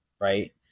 right